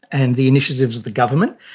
and the initiatives of the government,